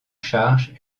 charge